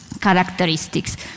characteristics